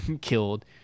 killed